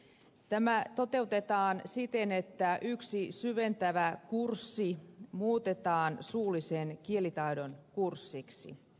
tämä toteutetaan siten että yksi syventävä kurssi muutetaan suullisen kielitaidon kurssiksi